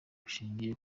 bushingiye